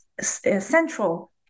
central